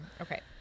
Okay